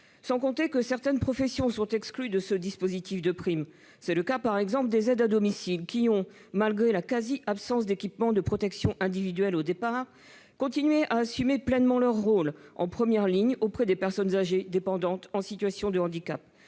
sans compter que certaines professions sont exclues de ce dispositif de prime. C'est le cas, par exemple, des aides à domicile, qui ont, malgré la quasi-absence d'équipements de protection individuelle au départ, continué à assumer pleinement leur rôle, en première ligne auprès des personnes âgées dépendantes ou en situation de handicap.